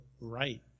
right